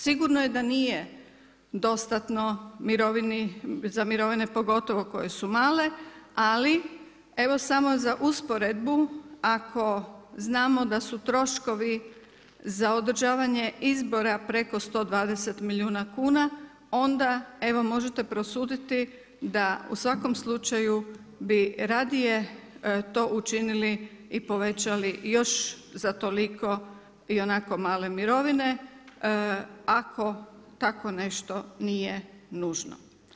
Sigurno je da nije dostatno za mirovine pogotovo koje su male, ali evo samo za usporedbu, ako znamo da su troškovi za održavanje izbora preko 120 milijuna kuna, onda evo možete prosuditi da u svakom slučaju, bi radije, to učinili i povećali još za toliko ionako male mirovine, ako tako nešto nije nužno.